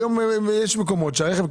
היום יש מקומות שהרכב,